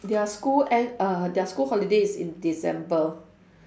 their school end uh their school holiday is in december